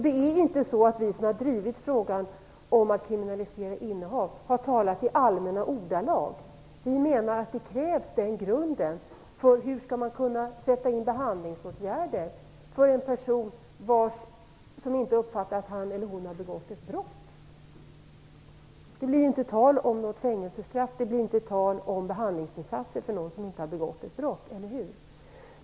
Det är ju inte så att vi som har drivit frågan om en kriminalisering av innehav har talat i allmänna ordalag. Vi anser att det krävs lagstiftning som grund. Hur skall man annars kunna sätta in behandlingsåtgärder när det gäller en person som inte uppfattar att han eller hon har begått ett brott? Det blir ju inte tal om något fängelsestraff, och det blir inte tal om behandlingsinsatser för någon som inte har begått ett brott, eller hur?